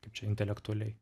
kaip čia intelektualiai